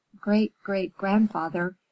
great-great-grandfather